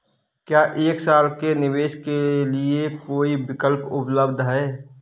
क्या एक साल के निवेश के लिए कोई विकल्प उपलब्ध है?